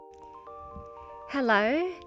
Hello